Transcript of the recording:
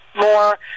more